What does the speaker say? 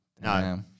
No